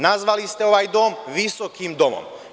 Nazvali ste ovaj dom visokim domom.